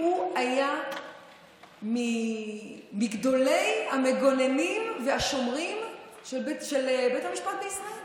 שהוא היה מגדולי המגוננים והשומרים של בית המשפט בישראל